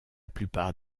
plupart